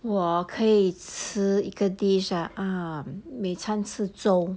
我可以吃一个 dish ah 每餐吃粥